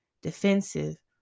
defensive